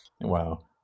wow